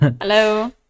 hello